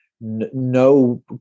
no